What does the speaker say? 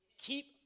Keep